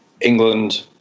England